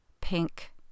pink